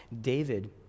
David